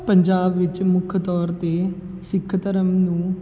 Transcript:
ਪੰਜਾਬ ਵਿੱਚ ਮੁੱਖ ਤੌਰ 'ਤੇ ਸਿੱਖ ਧਰਮ ਨੂੰ